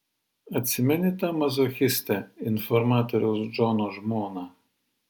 atsimeni tą mazochistę informatoriaus džono žmoną